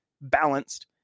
balanced